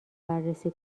بررسی